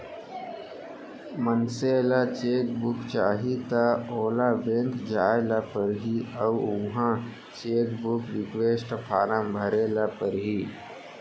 मनसे ल cheque book चाही त ओला बेंक जाय ल परही अउ उहॉं चेकबूक रिक्वेस्ट फारम भरे ल परही